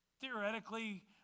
Theoretically